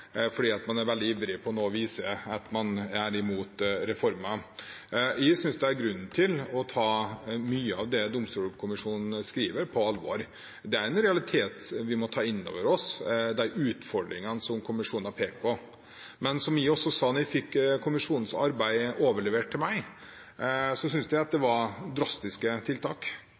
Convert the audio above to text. man er veldig ivrig på nå å vise at man er imot reformer. Jeg synes det er grunn til å ta mye av det Domstolkommisjonen skriver, på alvor. Det er en realitet vi må ta inn over oss med de utfordringene som kommisjonen har pekt på. Som jeg også sa da jeg fikk kommisjonens arbeid overlevert, syntes jeg det var drastiske tiltak,